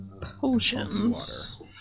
Potions